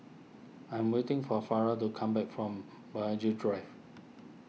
I'm waiting for Farrah to come back from Burghley Drive